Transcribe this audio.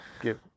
give